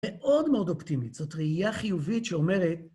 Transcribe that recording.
מאוד מאוד אופטימית, זאת ראייה חיובית שאומרת...